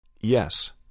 Yes